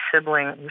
sibling